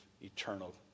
eternal